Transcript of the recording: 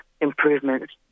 improvements